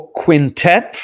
quintet